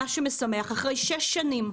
מה שמשמח שאחרי שש שנים,